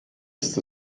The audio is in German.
ist